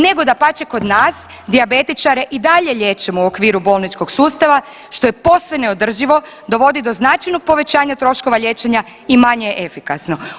Nego dapače kod nas dijabetičare i dalje liječimo u okviru bolničkog sustava što je posve neodrživo, dovodi do značajnog povećanja troškova liječenja i manje je efikasno.